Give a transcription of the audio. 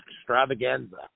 Extravaganza